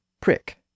prick